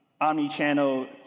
omni-channel